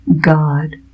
God